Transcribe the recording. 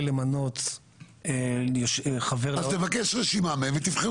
למנות חבר --- אז תבקש רשימה מהם ותבחרו.